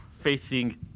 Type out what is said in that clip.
facing